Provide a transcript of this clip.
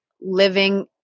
living